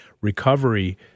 Recovery